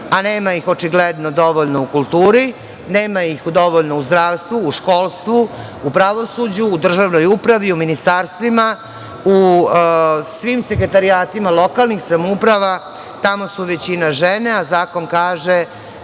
a nema ih očigledno dovoljno u kulturi, nema ih dovoljno u zdravstvu, u školstvu, u pravosuđu, u državnoj upravi, u ministarstvima, u svim sekretarijatima lokalnih samouprava. Tamo su većina žene, a zakon kaže